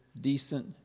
decent